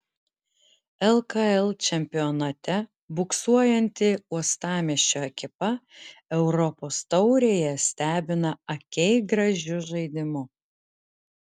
lkl čempionate buksuojanti uostamiesčio ekipa europos taurėje stebina akiai gražiu žaidimu